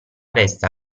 resta